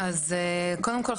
קודם כל,